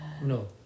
No